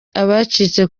abacitse